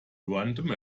random